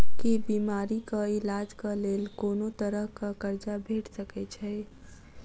की बीमारी कऽ इलाज कऽ लेल कोनो तरह कऽ कर्जा भेट सकय छई?